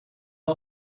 all